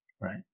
Right